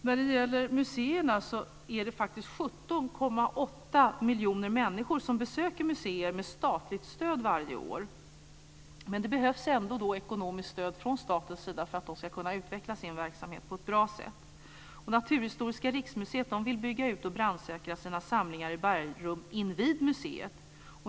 När det gäller museerna är det faktiskt 17,8 miljoner människor som besöker museer med statligt stöd varje år. Men det behövs ändå ekonomiskt stöd från statens sida för att de ska kunna utveckla sin verksamhet på ett bra sätt. Naturhistoriska riksmuseet vill bygga ut och brandsäkra sina samlingar i bergrum invid museet.